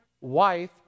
wife